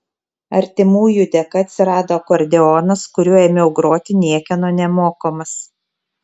artimųjų dėka atsirado akordeonas kuriuo ėmiau groti niekieno nemokomas